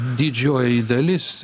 didžioji dalis